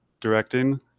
directing